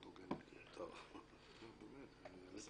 בהגדרה המדד